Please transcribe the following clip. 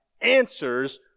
answers